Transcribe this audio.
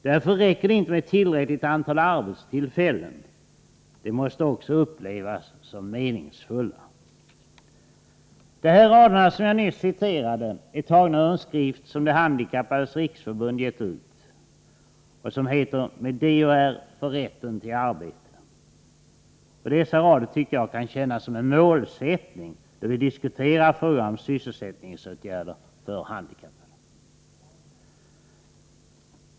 Därför räcker det inte med ett tillräckligt antal arbetstillfällen, de måste också upplevas som meningsfulla.” De här raderna som jag nyss citerade är tagna ur en skrift som De handikappades riksförbund gett ut och som heter Med DHR för rätten till arbete. Och dessa rader tycker jag kan tjäna som en målsättning då vi diskuterar frågan om sysselsättningsåtgärder för handikappade.